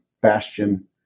bastion